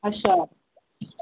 अच्छा